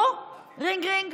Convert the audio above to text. הוא, רינג-רינג,